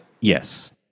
Yes